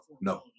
no